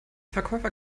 verkäufer